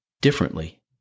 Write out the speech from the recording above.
differently